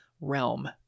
realm